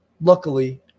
luckily